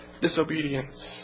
disobedience